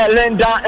Linda